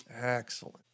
Excellent